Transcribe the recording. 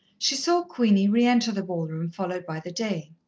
she saw queenie re-enter the ballroom, followed by the dane.